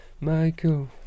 Michael